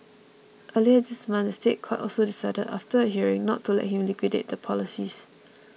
earlier this month the State Court also decided after a hearing not to let him liquidate the policies